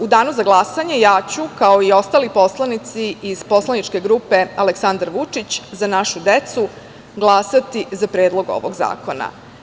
U danu za glasanje ja ću, kao i ostali poslanici iz poslaničke grupe Aleksandar Vučić – Za našu decu, glasati za predlog ovog zakona.